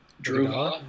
Drew